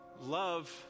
love